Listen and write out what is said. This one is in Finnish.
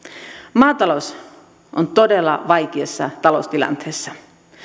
maatalous on todella vaikeassa taloustilanteessa